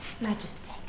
Majesty